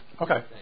Okay